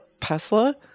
Tesla